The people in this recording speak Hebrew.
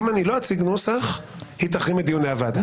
אמרתי: תביא חוות דעת יועץ משפטי.